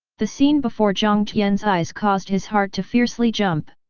the scene before jiang tian's eyes caused his heart to fiercely jump.